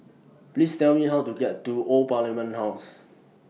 Please Tell Me How to get to Old Parliament House